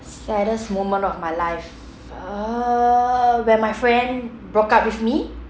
saddest moment of my life uh when my friend broke up with me